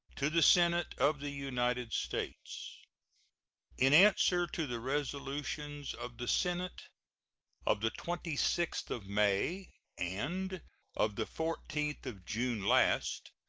to the senate of the united states in answer to the resolutions of the senate of the twenty sixth of may and of the fourteenth of june last,